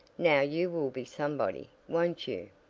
now you will be somebody, won't you?